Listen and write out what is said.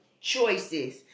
choices